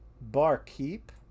barkeep